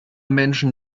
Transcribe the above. menschen